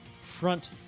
front